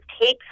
takes